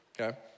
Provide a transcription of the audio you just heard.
okay